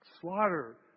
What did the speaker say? Slaughter